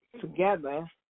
together